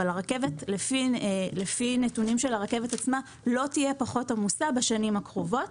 אבל לפי נתונים של הרכבת עצמה היא לא תהיה פחות עמוסה בשנים הקרובות.